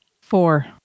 Four